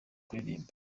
kuririmba